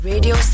Radio